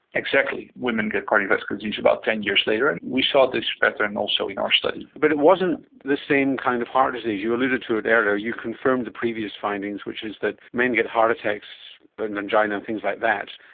exactly, women get cardiovascular disease about ten years later, and we saw this better and also in our study. but it wasn't the same kind of heart disease. you alluded to it earlier, you confirmed the previous findings which is that men get heart attacks but and angina, things like that,